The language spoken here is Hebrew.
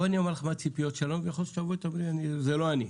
בואי אני אומר לך מה הציפיות שלנו ויכול להיות שתגידי זה לא אני,